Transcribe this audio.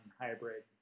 hybrid